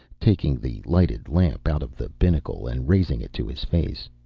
taking the lighted lamp out of the binnacle, and raising it to his face.